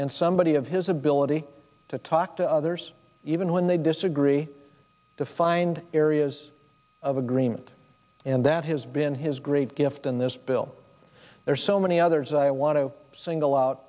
and somebody of his ability to talk to others even when they disagree to find areas of agreement and that has been his great gift in this bill there are so many others i want to single out